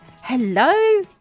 Hello